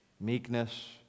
meekness